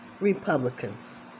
Republicans